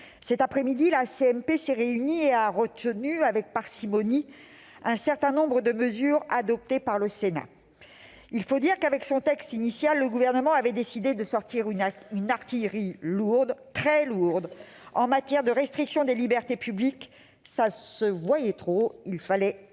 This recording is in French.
Cet après-midi, la CMP s'est réunie et a retenu avec parcimonie un certain nombre de mesures adoptées par le Sénat. Il faut dire qu'avec son texte initial le Gouvernement avait décidé de sortir l'artillerie lourde, très lourde, en matière de restrictions des libertés publiques. Cela se voyait trop, il fallait atténuer.